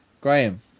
Graham